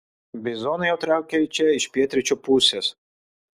bizonai jau traukia į čia iš pietryčių pusės